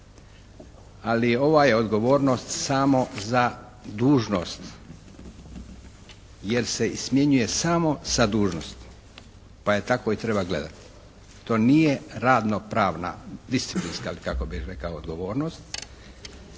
Ali ova je odgovornost samo za dužnost jer se smjenjuje samo sa dužnosti, pa je tako i treba gledati. To nije radno pravna disciplinska ili kako bih rekao odgovornost,